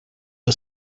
are